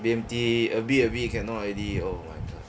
B_M_T a bit a bit cannot already oh my god